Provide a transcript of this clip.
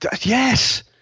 yes